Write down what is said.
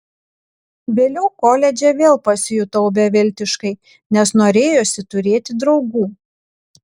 vėliau koledže vėl pasijutau beviltiškai nes norėjosi turėti draugų